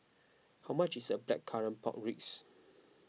how much is Blackcurrant Pork Ribs